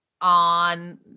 on